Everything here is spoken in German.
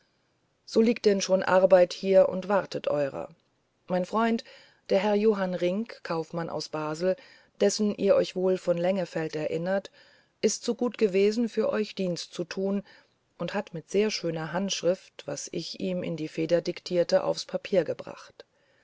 so liegt denn schon arbeit hier und wartet eurer mein freund herr johann rinck kaufmann aus basel dessen ihr euch wohl von lengefeld erinnert ist so gut gewesen für euch dienst zu tun und hat mit sehr schöner handschrift was ich ihm in die feder diktierte aufs papier gebracht